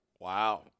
wow